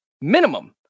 minimum